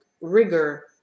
rigor